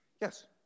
Yes